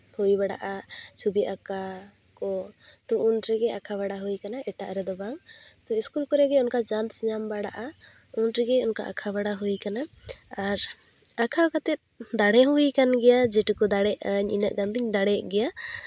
ᱦᱩᱭ ᱵᱟᱲᱟᱜᱼᱟ ᱪᱷᱚᱵᱤ ᱟᱸᱠᱟᱣ ᱠᱚ ᱛᱚ ᱩᱱ ᱨᱮᱜᱮ ᱟᱸᱠᱟᱣ ᱵᱟᱲᱟ ᱦᱩᱭ ᱠᱟᱱᱟ ᱮᱴᱟᱜ ᱨᱮᱫᱚ ᱵᱟᱝ ᱛᱚ ᱤᱥᱠᱩᱞ ᱠᱚᱨᱮᱜᱮ ᱚᱱᱠᱟ ᱪᱟᱱᱥ ᱧᱟᱢ ᱵᱟᱲᱟᱜᱼᱟ ᱩᱱ ᱨᱮᱜᱮ ᱚᱱᱠᱟ ᱟᱸᱠᱟᱣ ᱵᱟᱲᱟ ᱦᱩᱭ ᱠᱟᱱᱟ ᱟᱨ ᱟᱸᱠᱟᱣ ᱠᱟᱛᱮ ᱫᱟᱲᱮ ᱦᱚᱸ ᱦᱩᱭ ᱠᱟᱱ ᱜᱮᱭᱟ ᱡᱮᱴᱩᱠᱩ ᱫᱟᱲᱮ ᱟᱹᱧ ᱤᱱᱟᱹᱜ ᱜᱟᱱ ᱫᱩᱧ ᱫᱟᱲᱮᱭᱟᱜ ᱜᱮᱭᱟ